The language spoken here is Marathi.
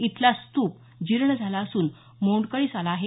इथला स्तूप जीर्ण झाला असून मोडकळीस आला आहे